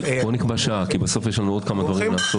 בוא נקבע שעה כי בסוף יש לנו עוד כמה דברים לעשות.